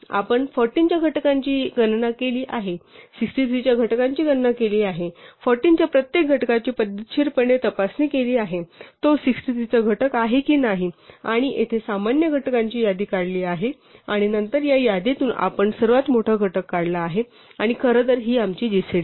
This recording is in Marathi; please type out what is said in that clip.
आपण 14 च्या घटकांची गणना केली आहे 63 च्या घटकांची गणना केली आहे 14 च्या प्रत्येक घटकाची पद्धतशीरपणे तपासणी केली आहे तो 63 चा घटक आहे की नाही आणि येथे सामान्य घटकांची यादी काढली आहे आणि नंतर या यादीतून आपण सर्वात मोठा घटक काढला आहे आणि खरं तर ही आमची जीसीडी आहे